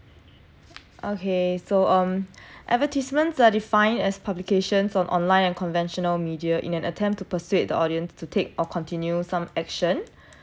okay so um advertisements are defined as publications on online and conventional media in an attempt to persuade the audience to take or continue some action